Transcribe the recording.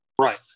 Right